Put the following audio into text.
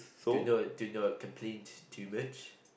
do not do not complain too much